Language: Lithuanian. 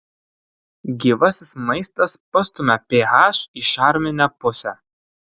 gyvasis maistas pastumia ph į šarminę pusę